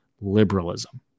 liberalism